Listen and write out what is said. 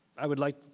i would like,